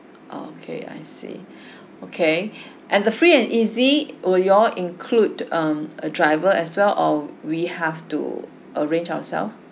oh okay I see okay and the free and easy will you all include um a driver as well or we have to arrange ourselves